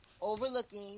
overlooking